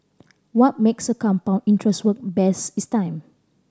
what makes compound interest work best is time